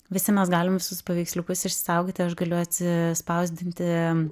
visi mes galim visus paveiksliukus išsaugoti aš galiu atsispausdinti